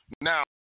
Now